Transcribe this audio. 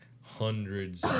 hundreds